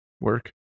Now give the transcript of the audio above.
work